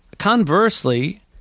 conversely